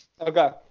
Okay